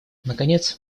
наконец